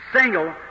single